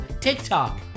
TikTok